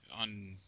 on